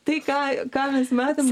tai ką ką mes matėm